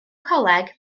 coleg